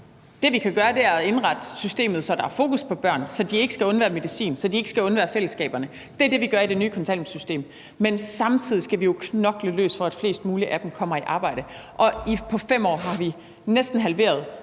Det, vi kan gøre, er at indrette systemet, så der er fokus på børn, så de ikke skal undvære medicin, og så de ikke skal undvære fællesskaberne. Det er det, vi gør i det nye kontanthjælpssystem. Men samtidig skal vi jo knokle løs, for at flest mulige af forældrene kommer i arbejde, og på 5 år har vi næsten halveret